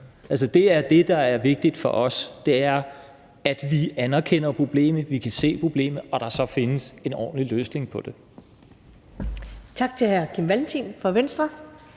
Det er det, der er vigtigt for os, nemlig at vi anerkender problemet, at vi kan se problemet, og at der så findes en ordentlig løsning på det.